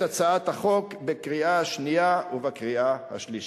הצעת החוק בקריאה השנייה ובקריאה השלישית.